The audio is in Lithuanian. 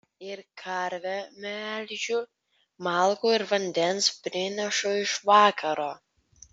ir karvę melžiu malkų ir vandens prinešu iš vakaro